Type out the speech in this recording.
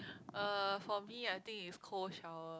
uh for me I think is cold shower